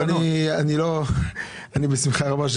בשמחה רבה,